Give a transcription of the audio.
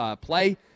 play